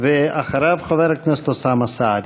אחריו, חבר הכנסת אוסאמה סעדי.